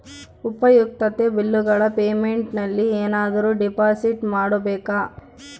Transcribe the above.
ಉಪಯುಕ್ತತೆ ಬಿಲ್ಲುಗಳ ಪೇಮೆಂಟ್ ನಲ್ಲಿ ಏನಾದರೂ ಡಿಪಾಸಿಟ್ ಮಾಡಬೇಕಾ?